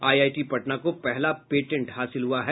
IIT Patna को पहला patent हासिल हुआ है